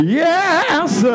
yes